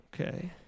Okay